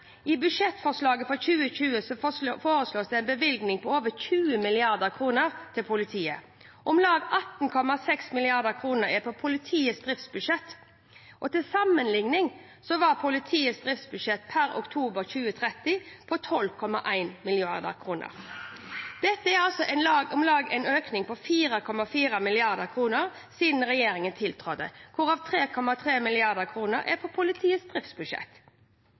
I budsjettforslaget for 2020 foreslås det en bevilgning på over 20 mrd. kr til politiet. Om lag 18,6 mrd. kr er på politiets driftsbudsjett. Til sammenligning var politiets driftsbudsjett per oktober 2013 på 12,1 mrd. kr. Dette er en økning på om lag 4,4 mrd. kr siden regjeringen tiltrådte, hvorav 3,3 mrd. kr er på politiets driftsbudsjett.